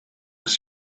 his